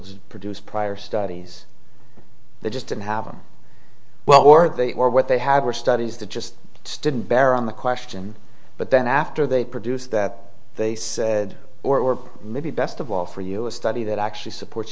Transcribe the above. to produce prior studies they just didn't have them well or they or what they have are studies that just didn't bear on the question but then after they produce that they said or maybe best of all for you a study that actually support